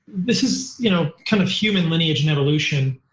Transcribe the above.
this is you know kind of human lineage and evolution.